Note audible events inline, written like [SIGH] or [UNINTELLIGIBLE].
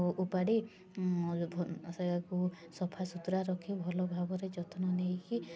ଓପାଡ଼ି ମୋର [UNINTELLIGIBLE] ସଫା ସୁତୁରା ରଖି ଭଲ ଭାବରେ ଯତ୍ନ ନେଇକି